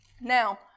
Now